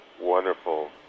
wonderful